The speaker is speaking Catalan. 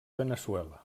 veneçuela